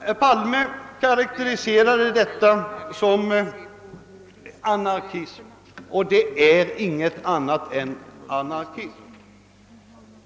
Herr Palme karakteriserade detta som anarki och något annat är det inte.